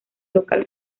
local